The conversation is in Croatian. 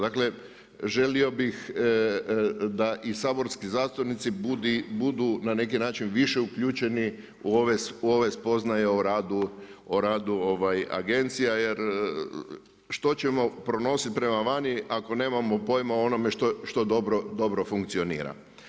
Dakle želio bih da i saborski zastupnici budu na neki način više uključeni u ove spoznaje o radu agencija jer što ćemo pronositi prema vani ako nemamo pojma o onome što dobro funkcionira.